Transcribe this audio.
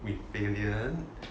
with valen